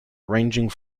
ranging